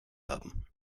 haben